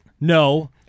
No